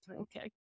Okay